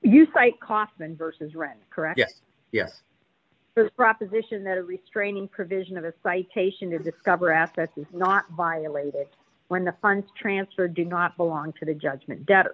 you cite kaufman versus rent correct yes the proposition that a restraining provision of a citation to discover assets is not violated when the funds transfer do not belong to the judgment